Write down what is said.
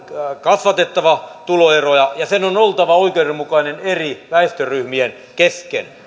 kasvatettava tuloeroja sen on oltava oikeudenmukainen eri väestöryhmien kesken